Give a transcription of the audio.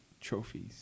trophies